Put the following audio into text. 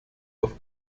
auf